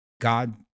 God